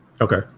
Okay